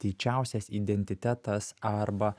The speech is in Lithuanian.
didžiausias identitetas arba